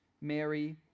Mary